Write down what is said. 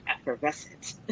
effervescent